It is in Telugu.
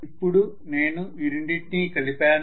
ఇప్పుడు నేను ఈ రెండింటిని కలిపాను